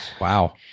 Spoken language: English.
Wow